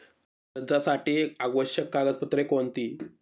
कर्जासाठी आवश्यक कागदपत्रे कोणती?